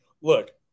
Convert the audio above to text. look